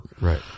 Right